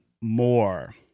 more